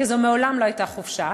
כי זו מעולם לא הייתה חופשה,